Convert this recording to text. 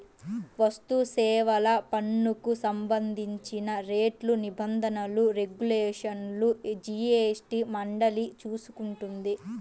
వస్తుసేవల పన్నుకు సంబంధించిన రేట్లు, నిబంధనలు, రెగ్యులేషన్లను జీఎస్టీ మండలి చూసుకుంటుంది